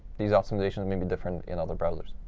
these optimizations may be different in other browsers,